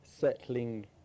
settling